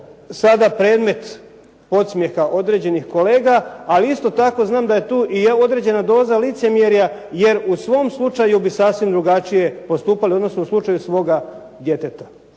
sada predmet podsmjeha određenih kolega, ali isto tako znam da je tu i određena licemjerja jer u svom slučaju bi sasvim drugačije postupali, odnosno u slučaju svoga djeteta.